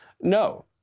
No